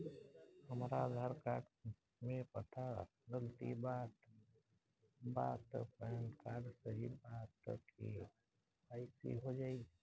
हमरा आधार कार्ड मे पता गलती बा त पैन कार्ड सही बा त के.वाइ.सी हो जायी?